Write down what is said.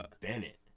Bennett